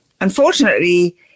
unfortunately